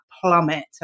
plummet